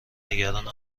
نگران